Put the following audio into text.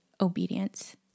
obedience